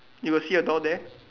you got see a door there